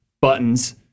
buttons